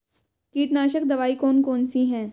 कीटनाशक दवाई कौन कौन सी हैं?